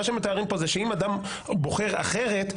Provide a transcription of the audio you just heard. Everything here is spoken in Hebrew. מה שמתארים פה זה שאם אדם בוחר אחרת,